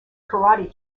karate